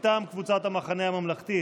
מטעם קבוצת סיעת המחנה הממלכתי,